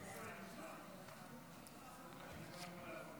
תודה רבה.